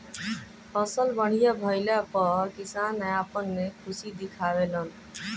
फसल बढ़िया भइला पअ किसान आपन खुशी दिखावे लन